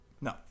no